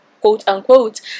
quote-unquote